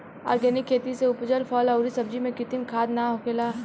organic खेती से उपजल फल अउरी सब्जी में कृत्रिम खाद ना होखेला